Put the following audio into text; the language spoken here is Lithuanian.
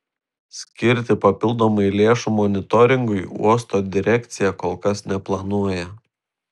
skirti papildomai lėšų monitoringui uosto direkcija kol kas neplanuoja